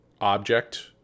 object